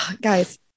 Guys